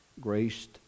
Graced